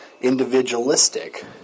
individualistic